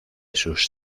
sus